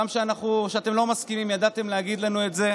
גם כשאתם לא מסכימים ידעתם להגיד לנו את זה,